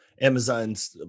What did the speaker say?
Amazon's